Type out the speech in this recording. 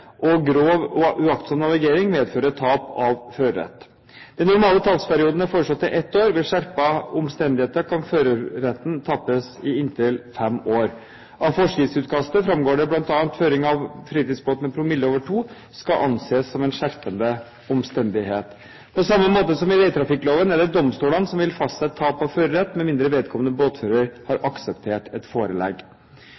og grov uaktsom navigering medfører tap av førerett. Den normale tapsperioden er foreslått til ett år. Ved skjerpede omstendigheter kan føreretten tapes i inntil fem år. Av forskriftsutkastet framgår det bl.a. at føring av fritidsbåt med promille over 2, skal anses som en skjerpende omstendighet. På samme måte som i vegtrafikkloven er det domstolene som vil fastsette tap av førerett med mindre vedkommende båtfører har